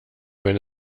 wenn